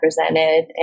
represented